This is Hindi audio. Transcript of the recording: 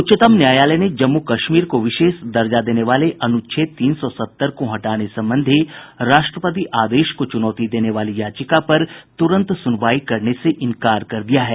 उच्चतम न्यायालय ने जम्मू कश्मीर को विशेष दर्जा देने वाले अनुच्छेद तीन सौ सत्तर को हटाने संबंधी राष्ट्रपति आदेश को चुनौती देने वाली याचिका पर तुरन्त सुनवाई करने से इंकार कर दिया है